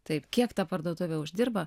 taip kiek ta parduotuvė uždirba